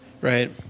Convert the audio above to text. right